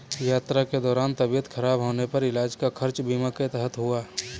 यात्रा के दौरान तबियत खराब होने पर इलाज का खर्च बीमा के तहत हुआ